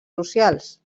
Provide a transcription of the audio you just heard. socials